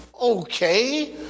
okay